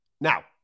Now